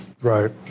Right